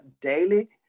daily